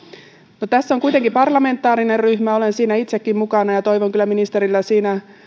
no tässä on kuitenkin parlamentaarinen ryhmä olen siinä itsekin mukana ja toivon kyllä ministeriltä apua